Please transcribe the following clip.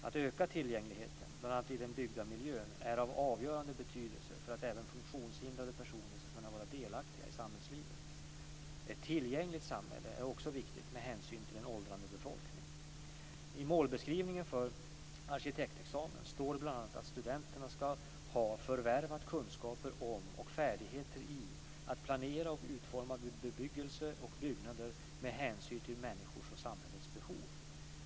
Att öka tillgängligheten bl.a. i den byggda miljön, är av avgörande betydelse för att även funktionshindrade personer ska kunna vara delaktiga i samhällslivet. Ett tillgängligt samhälle är också viktigt med hänsyn till en åldrande befolkning. I målbeskrivningen för arkitektexamen står det bl.a. att studenten ska ha förvärvat kunskaper om och färdigheter i att planera och utforma bebyggelse och byggnader med hänsyn till människornas och samhällets behov.